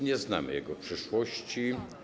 Nie znamy jego przyszłości.